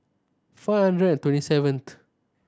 four hundred and twenty seventh